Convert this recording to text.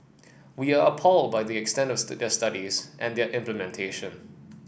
we are appalled by the extent of the studies and their implementation